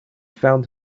found